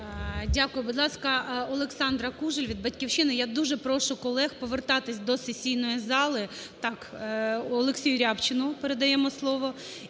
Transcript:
Дякую. Будь ласка, Олександра Кужель від "Батьківщини". Я дуже прошу колег повертатись до сесійної зали. Олексію Рябчину передаємо слово.